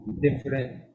different